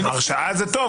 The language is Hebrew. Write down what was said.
הרשעה זה טוב.